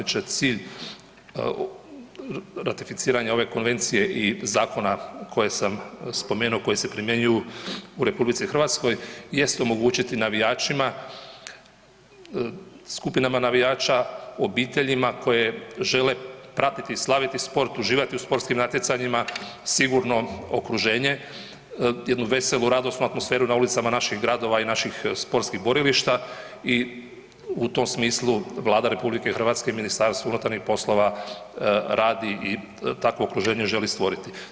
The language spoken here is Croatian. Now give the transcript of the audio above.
Poštovani g. zastupniče, cilj ratificiranja ove konvencije i zakona koje sam spomenuo, koji se primjenjuju u RH jest omogućiti navijačima, skupinama navijača, obiteljima koje žele pratiti i slaviti sport, uživati u sportskim natjecanjima, sigurno okruženje, jednu veselu, radosnu atmosferu na ulicama naših gradova i naših sportskih borilišta i u tom smislu Vlada RH i MUP radi i takvo okruženje žele stvoriti.